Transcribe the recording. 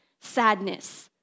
sadness